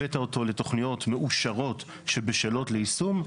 הבאת אותו לתוכניות מאושרות שבשלות ליישון,